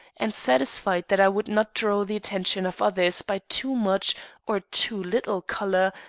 and satisfied that i would not draw the attention of others by too much or too little color,